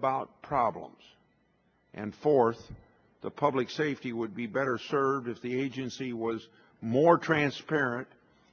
about problems and forcing the public safety would be better served if the agency was more transparent